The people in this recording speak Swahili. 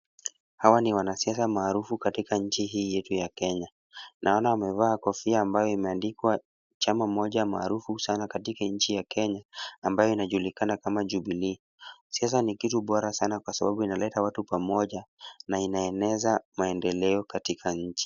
Hawa ni wanasiasia maarufu katika nchi hii yetu ya Kenya ,naona wamevaa kofia ambayo imeandikwa chama moja maarufu sana katika nchini Kenya ambayo inajulikana kama Jubilee ,siasa ni kitu bora sana kwa sababu inaleta watu pamoja na inaeneza maendeleo katika nchi.